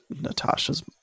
natasha's